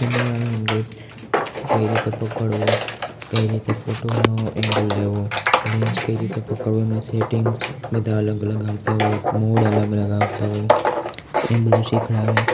કેમેરાનો એંગલ કઈ રીતે પકડવો કઈ રીતે ફોટોનો એંગલ લેવો રેન્જ કઈ રીતે પકડવું એમાં સેટિંગ્સ બધા અલગ અલગ આવતા હોય મોડ અલગ અલગ આવતા હોય એમ બધું શિખવાડે